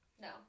No